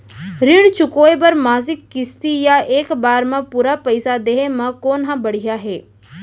ऋण चुकोय बर मासिक किस्ती या एक बार म पूरा पइसा देहे म कोन ह बढ़िया हे?